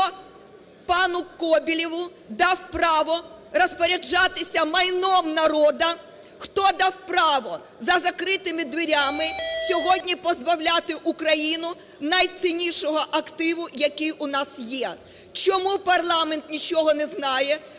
хто пануКоболєву дав право розпоряджатися майном народу, хто дав право за закритими дверима сьогодні позбавляти Україну найціннішого активу, який у нас є? Чому парламент нічого не знає,